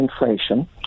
inflation